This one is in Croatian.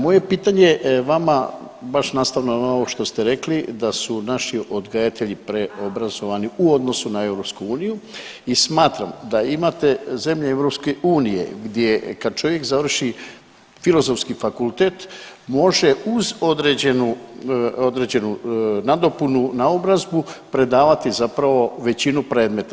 Moje pitanje vama baš nastavno na ovo što ste rekli da su naši odgajatelji preobrazovani u odnosu na EU i smatram da imate zemlje EU gdje kad čovjek završi Filozofski fakultet može uz određenu, određenu nadopunu, naobrazbu predavati zapravo većinu predmeta.